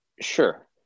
Sure